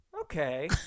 Okay